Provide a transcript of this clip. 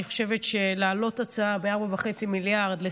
אני חושבת שלהעלות הצעה ב-4.5 מיליארד וחצי